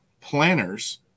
planners